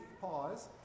pause